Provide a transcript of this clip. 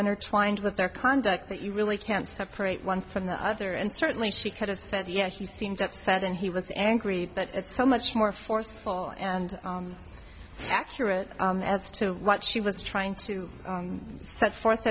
intertwined with their conduct that you really can't separate one from the other and certainly she could have said yes she seemed upset and he was angry that it's so much more forceful and accurate as to what she was trying to set forth